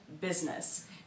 business